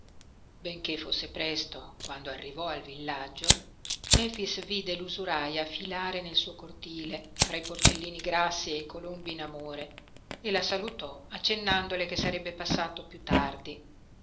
benché fosse presto quando arrivò al villaggio efix vide l'usuraia filare nel suo cortile fra i porcellini grassi e i colombi in amore e la salutò accennandole che sarebbe passato piú tardi